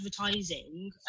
advertising